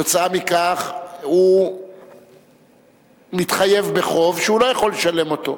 כתוצאה מכך הוא מתחייב בחוב שהוא לא יכול לשלם אותו,